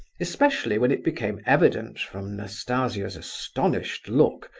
especially when it became evident, from nastasia's astonished look,